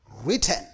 written